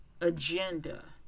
agenda